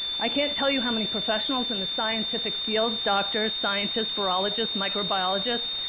i can't tell you how many professionals in the scientific field doctors, scientists, neurologists, microbiologists,